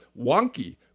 wonky